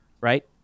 right